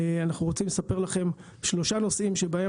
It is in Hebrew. אנחנו רוצים לספר לכם על שלושה נושאים בהם